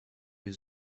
już